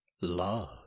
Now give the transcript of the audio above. love